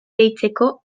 deitzeko